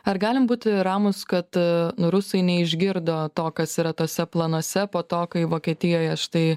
ar galim būti ramūs kad rusai neišgirdo to kas yra tuose planuose po to kai vokietijoje štai